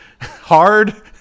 hard